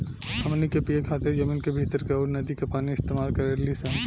हमनी के पिए खातिर जमीन के भीतर के अउर नदी के पानी इस्तमाल करेनी सन